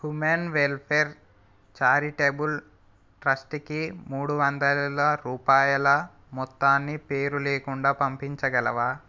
human welfare charitable ట్రస్ట్కి మూడు వందల రూపాయల మొత్తాన్ని పేరులేకుండా పంపించగలవా